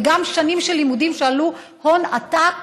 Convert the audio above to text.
וגם בשנים שעלו הון עתק,